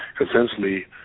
essentially